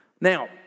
Now